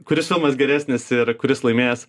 kuris filmas geresnis ir kuris laimės